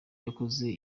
wakoze